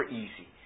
easy